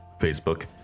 Facebook